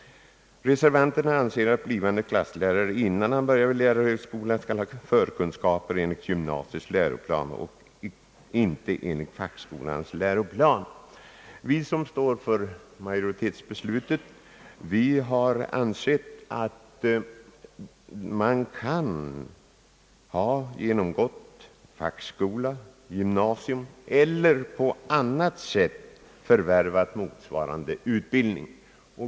Reservanterna anser att blivande klasslärare, innan han börjar vid lärarhögskola, skall ha förkunskaper enligt gymnasiets läroplan och inte enligt fackskolans läroplan. Vi som står för majoritetens beslut har ansett att behörighetskravet bör vara att vederbörande har genomgått fackskola, gymnasium eller »på annat sätt» förvärvat motsvarande utbildning.